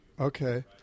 Okay